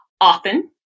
often